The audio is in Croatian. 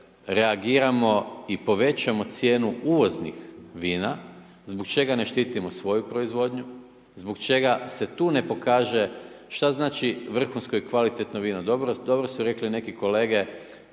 reagiramo i povećamo cijenu uvoznih vina zbog čega ne štitimo svoju proizvodnju, zbog čega se tu ne pokaže šta znači vrhunsko i kvalitetno vino. Dobro su rekli neki kolege,